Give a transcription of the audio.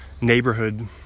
Neighborhood